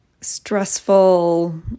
stressful